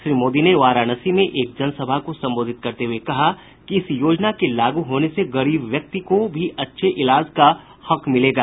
श्री मोदी ने वाराणसी में एक जनसभा को संबोधित करते हुये कहा कि इस योजना के लागू होने से गरीब व्यक्ति को भी अच्छे इलाज का हक मिलेगा